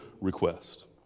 request